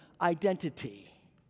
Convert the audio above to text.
identity